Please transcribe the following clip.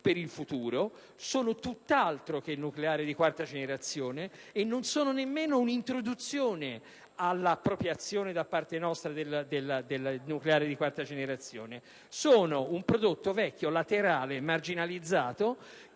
per il futuro, sono tutt'altro che nucleare di quarta generazione e non sono nemmeno un'introduzione all'appropriazione da parte nostra del nucleare di quarta generazione. Sono un prodotto vecchio, laterale e marginalizzato,